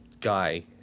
guy